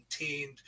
maintained